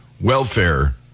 welfare